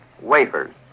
wafers